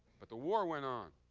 but the war went on.